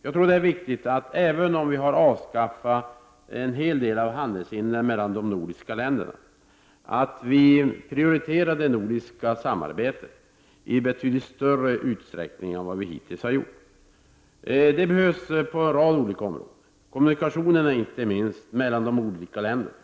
Jag tror att det är viktigt, även om vi har avskaffat en hel del av handelshindren mellan de nordiska länderna, att vi prioriterar det nordiska samarbetet i betydligt större utsträckning än vad vi hitills har gjort. Det behövs på en rad olika områden, inte minst när det gäller kommunikationerna mellan länderna.